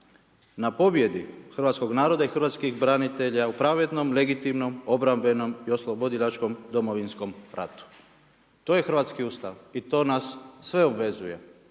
na pobjedi hrvatskog naroda i hrvatskih branitelja u pravednom, legitimnom, obrambenom i oslobodilačkom Domovinskom ratu“ To je hrvatski Ustav i to nas sve obvezuje.